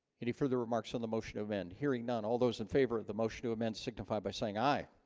any further remarks on the motion of end hearing none all those in favor of the motion to amend signify by saying aye